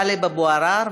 טלב אבו עראר,